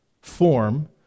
form